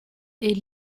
est